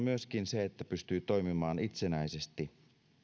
myöskin se että pystyy toimimaan itsenäisesti